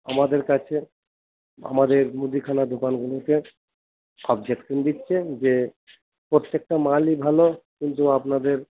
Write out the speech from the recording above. আমাদের কাছে আমাদের মুদিখানা দোকানগুলোতে অবজেকশন দিচ্ছেন যে প্রত্যেকটা মালই ভালো কিন্তু আপনাদের